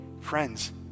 friends